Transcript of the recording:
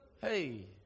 Hey